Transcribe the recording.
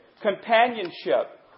companionship